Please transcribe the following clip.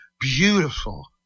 beautiful